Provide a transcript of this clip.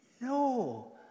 No